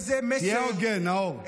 תהיה הוגן, נאור.